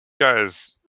guys